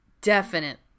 definite